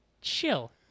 chill